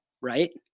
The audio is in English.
right